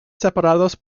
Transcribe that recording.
separados